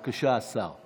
בבקשה, השר.